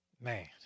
man